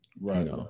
Right